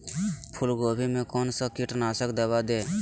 फूलगोभी में कौन सा कीटनाशक दवा दे?